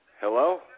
Hello